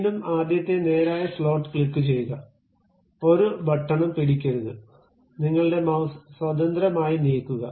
വീണ്ടും ആദ്യത്തെ നേരായ സ്ലോട്ട് ക്ലിക്കുചെയ്യുക ഒരു ബട്ടണും പിടിക്കരുത് നിങ്ങളുടെ മൌസ് സ്വതന്ത്രമായി നീക്കുക